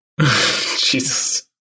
Jesus